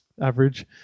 average